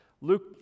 Luke